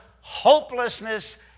hopelessness